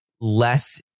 less